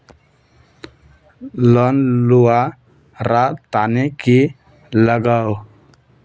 Loan लुवा र तने की लगाव?